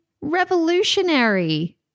revolutionary